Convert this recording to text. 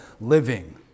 living